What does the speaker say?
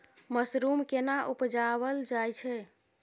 Mushroom केना उबजाबल जाय छै?